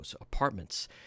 apartments